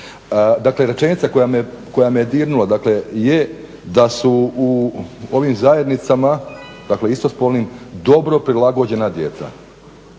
Dakle rečenica koja me dirnula dakle je da su u ovim zajednicama dakle istospolnim dobro prilagođena djeca.